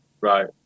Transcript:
right